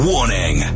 Warning